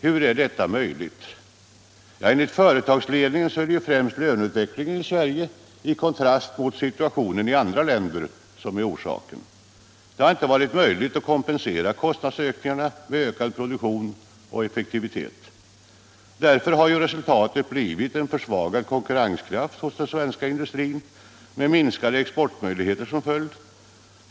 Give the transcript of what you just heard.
Hur är detta möjligt? Enligt företagsledningen är det främst löneutvecklingen i Sverige i kontrast mot situationen i andra länder som är orsaken. Det har ej varit möjligt att kompensera kostnadsökningarna med ökad produktion och effektivitet. Därför har resultatet blivit en försvagad konkurrenskraft hos den svenska industrin, med minskade exportmöjligheter som följd.